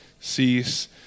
cease